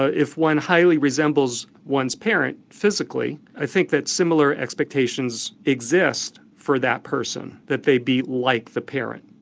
ah if one highly resembles one's parent physically i think that similar expectations exist for that person, that they be like the parent.